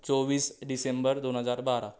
चोवीस डिसेंबर दोन हजार बारा